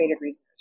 reasoners